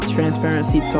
Transparency